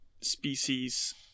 species